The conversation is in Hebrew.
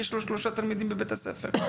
כי יש לו רק שלושה תלמידים בבית הספר.